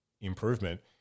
improvement